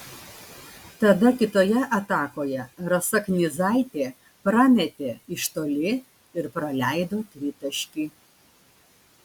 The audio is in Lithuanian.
tada kitoje atakoje rasa knyzaitė prametė iš toli ir praleido tritaškį